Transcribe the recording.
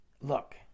look